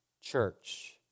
church